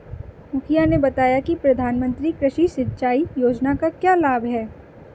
मुखिया ने बताया कि प्रधानमंत्री कृषि सिंचाई योजना का क्या लाभ है?